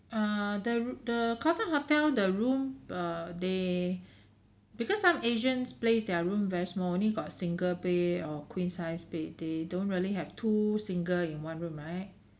err the r~ the calton hotel the room err they because some asians place their room very small only got single bed or queen size bed they don't really have two single in one room right